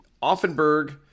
Offenburg